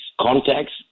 contacts